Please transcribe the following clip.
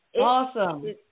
Awesome